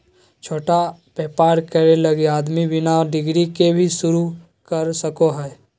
छोटा व्यापर करे लगी आदमी बिना डिग्री के भी शरू कर सको हइ